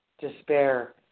despair